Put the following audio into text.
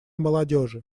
молодежи